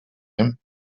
him